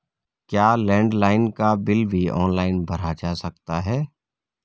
क्या लैंडलाइन का बिल भी ऑनलाइन भरा जा सकता है?